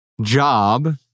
job